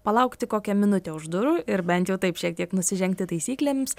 palaukti kokią minutę už durų ir bent jau taip šiek tiek nusižengti taisyklėms